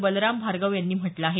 बलराम भार्गव यांनी म्हटलं आहे